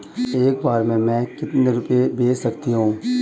एक बार में मैं कितने रुपये भेज सकती हूँ?